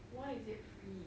why is it free